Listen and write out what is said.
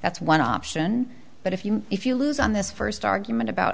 that's one option but if you if you lose on this first argument about